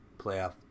playoff